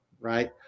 right